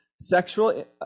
sexual